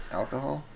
alcohol